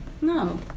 No